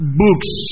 books